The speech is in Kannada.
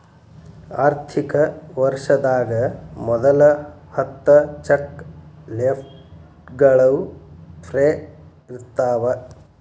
ಆರ್ಥಿಕ ವರ್ಷದಾಗ ಮೊದಲ ಹತ್ತ ಚೆಕ್ ಲೇಫ್ಗಳು ಫ್ರೇ ಇರ್ತಾವ